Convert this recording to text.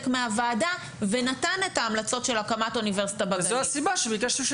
מהוועדה ונתן את ההמלצות של הקמת אוניברסיטה בגליל.